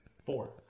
Four